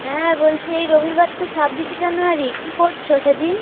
হ্যাঁ বলছি এই রবিবার তো ছাব্বিশে জানুয়ারি কী করছো সেদিন